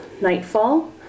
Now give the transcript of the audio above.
nightfall